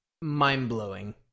mind-blowing